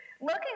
looking